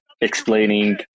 explaining